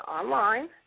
online